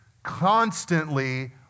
constantly